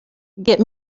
get